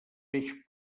peix